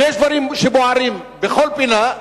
ויש דברים שבוערים בכל פינה,